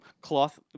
cloth